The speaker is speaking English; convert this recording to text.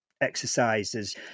exercises